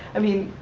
i mean,